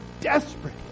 desperate